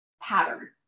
pattern